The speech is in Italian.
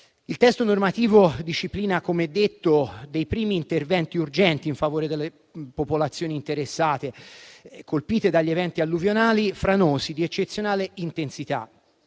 Il testo normativo disciplina - come detto - i primi interventi urgenti in favore delle popolazioni interessate, colpite da eventi alluvionali franosi di eccezionale intensità,